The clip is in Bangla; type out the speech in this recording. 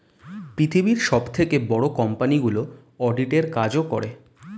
পৃথিবীর সবথেকে বড় বড় কোম্পানিগুলো অডিট এর কাজও করে